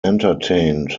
entertained